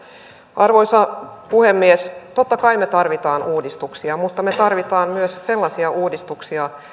arvoisa puhemies totta kai me tarvitsemme uudistuksia mutta me tarvitsemme myös sellaisia uudistuksia